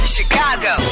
Chicago